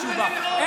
אין לך תשובה.